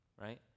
right